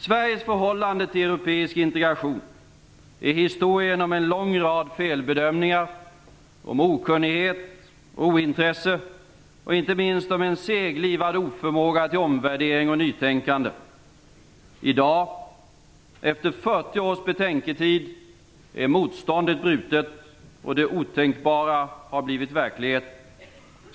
Sveriges förhållande till europeisk integration är historien om en lång rad felbedömningar, om okunnighet, ointresse och inte minst om en seglivad oförmåga till omvärdering och nytänkande. I dag, efter 40 års betänketid, är motståndet brutet och det otänkbara har blivit verklighet.